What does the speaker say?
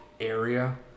area